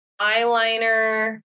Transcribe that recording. eyeliner